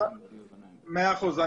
מאה אחוז.